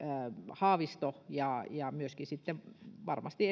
haavisto ja ja myöskin sitten varmasti